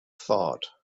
thought